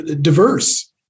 diverse